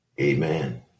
amen